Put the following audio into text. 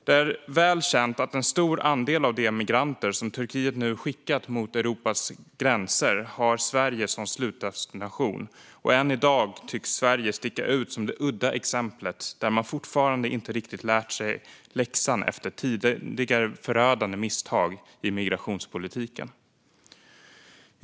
Det är väl känt att en stor andel av de migranter som Turkiet nu har skickat mot Europas gränser har Sverige som slutdestination, och än i dag tycks Sverige sticka ut som det udda exemplet där man fortfarande inte riktigt lärt sig läxan efter tidigare förödande misstag i migrationspolitiken.